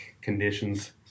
conditions